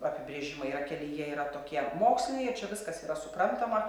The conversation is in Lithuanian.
apibrėžimai yra keli jie yra tokie moksliniai ir čia viskas yra suprantama